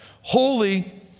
Holy